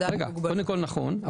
נכון.